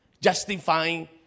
justifying